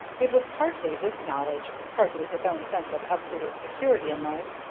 it was partly this knowledge, partly his own sense of absolute security in life,